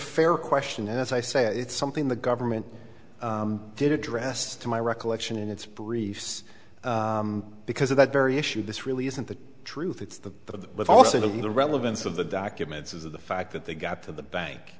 fair question as i say it's something the government did address to my recollection in its briefs because of that very issue this really isn't the truth it's the but also the relevance of the documents is the fact that they got to the bank